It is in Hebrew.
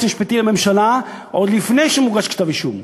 המשפטי לממשלה עוד לפני שמוגש כתב-אישום.